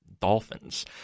dolphins